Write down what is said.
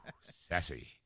Sassy